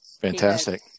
Fantastic